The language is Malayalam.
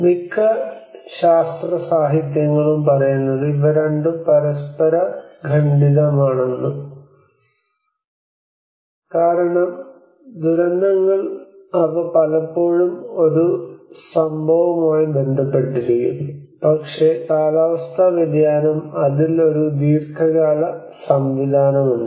മിക്ക ശാസ്ത്രസാഹിത്യങ്ങളും പറയുന്നത് ഇവ രണ്ടും പരസ്പരബന്ധിതമാണെന്ന് കാരണം ദുരന്തങ്ങൾ അവ പലപ്പോഴും ഒരു സംഭവവുമായി ബന്ധപ്പെട്ടിരിക്കുന്നു പക്ഷേ കാലാവസ്ഥാ വ്യതിയാനം അതിൽ ഒരു ദീർഘകാല സംവിധാനം ഉണ്ട്